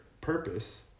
purpose